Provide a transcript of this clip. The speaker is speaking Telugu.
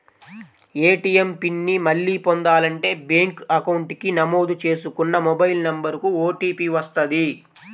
ఏటీయం పిన్ ని మళ్ళీ పొందాలంటే బ్యేంకు అకౌంట్ కి నమోదు చేసుకున్న మొబైల్ నెంబర్ కు ఓటీపీ వస్తది